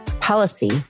policy